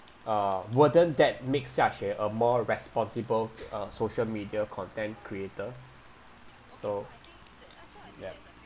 uh wouldn't that make xiaxue a more responsible uh social media content creator so ya